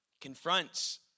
confronts